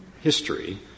history